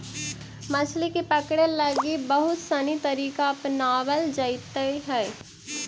मछली के पकड़े लगी बहुत सनी तरीका अपनावल जाइत हइ